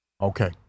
Okay